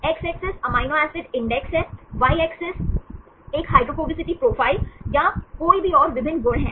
x axis amino acid index है और y axis एक हाइड्रोफोबिसिस प्रोफ़ाइल या कोई भी और विभिन्न गुण है